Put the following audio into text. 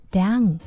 down